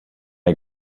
der